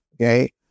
Okay